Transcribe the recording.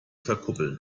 verkuppeln